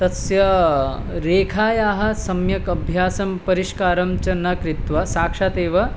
तस्य रेखायाः सम्यक् अभ्यासं परिष्कारं च न कृत्वा साक्षात् एव